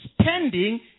spending